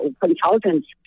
consultants